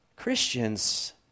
Christians